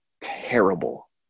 terrible